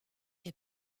fait